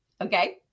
Okay